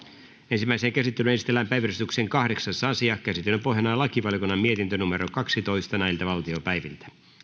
ensimmäiseen käsittelyyn esitellään päiväjärjestyksen kahdeksas asia käsittelyn pohjana on lakivaliokunnan mietintö kaksitoista